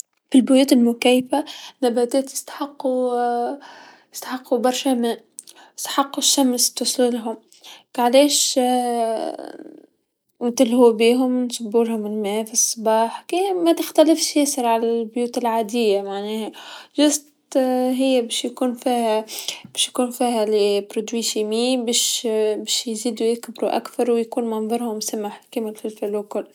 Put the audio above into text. في البيوت المكيفه، نباتات يستحقو يستحقو برشا ماء، يسحقو شمس توصلهم، كعلاش نتلهو بيهم نجيبولهم الما في صباح كي متختلفش ياسرعن البيوت العاديه معناها برك هي باش يكون فيها باش يكون فيها مواد كيمياويه ، باش باش يزيدو يكبرو أكثر و يكون منظرهم سمح كيما ثلثل و كل.